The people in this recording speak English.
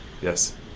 Yes